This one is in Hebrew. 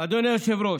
אדוני היושב-ראש,